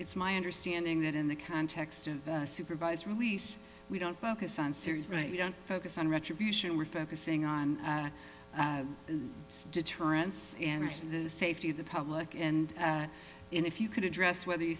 it's my understanding that in the context of supervised release we don't focus on series right you don't focus on retribution we're focusing on deterrence and the safety of the public and if you could address whether you